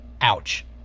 Ouch